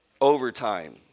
overtime